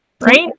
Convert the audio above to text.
right